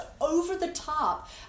over-the-top